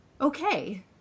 okay